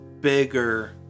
bigger